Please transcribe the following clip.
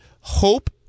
hope